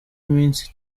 iminsi